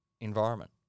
environment